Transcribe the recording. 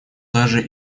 даже